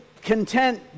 content